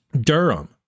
Durham